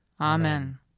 Amen